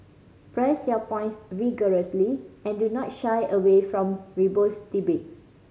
press your points vigorously and do not shy away from robust debate